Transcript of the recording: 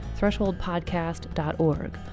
thresholdpodcast.org